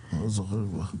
שקורה.